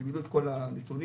אתם